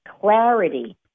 clarity